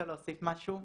אפשר להוסיף משהו?